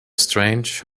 strange